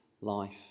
life